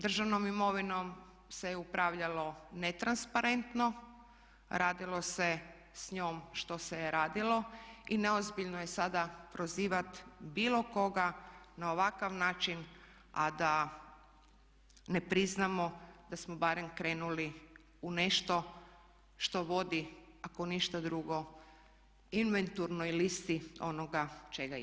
Državnom imovinom se upravljalo netransparentno, radilo se s njom što se je radilo i neozbiljno je sada prozivati bilo koga na ovakav način a da ne priznamo da smo barem krenuli u nešto što voditi ako ništa drugo inventurnoj listi onoga čega imamo.